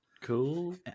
Cool